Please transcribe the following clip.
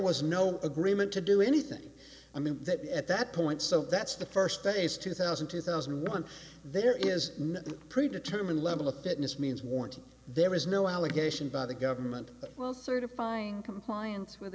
was no agreement to do anything i mean that at that point so that's the first case two thousand two thousand and one there is no predetermine level of fitness means warrant there is no allegation by the government well certifying compliance with